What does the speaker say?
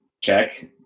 Check